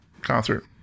concert